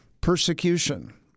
persecution